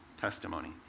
Testimony